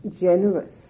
generous